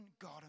God